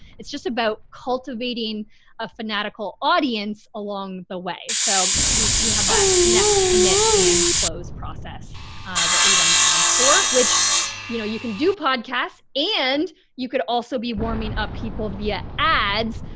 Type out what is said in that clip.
it's just about cultivating a fanatical audience along the way. so we we have that connect commit and close process that we run ads for, which you know, you can do podcasts and you could also be warming up people via ads,